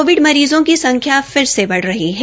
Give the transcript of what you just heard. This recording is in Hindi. कोविड मरीजों की संख्या फिर से बढ़ रही है